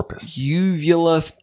uvula